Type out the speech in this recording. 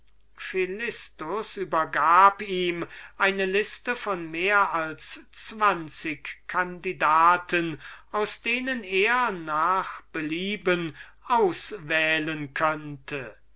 philistus übergab ihm eine liste von mehr als zwanzig kandidaten aus denen man wie er sagte nach belieben auswählen könnte